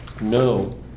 No